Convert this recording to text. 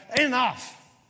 enough